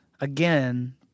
again